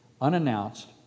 unannounced